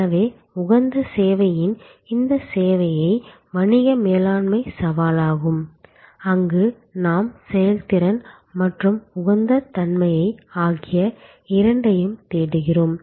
இப்போது உகந்த சேவையின் இந்த சேவை சேவை வணிக மேலாண்மை சவாலாகும் அங்கு நாம் செயல்திறன் மற்றும் உகந்த தன்மை ஆகிய இரண்டையும் தேடுகிறோம்